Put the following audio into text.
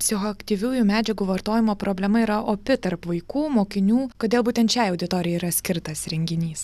psichoaktyviųjų medžiagų vartojimo problema yra opi tarp vaikų mokinių kodėl būtent šiai auditorijai yra skirtas renginys